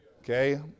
Okay